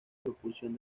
propulsión